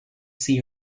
see